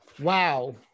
wow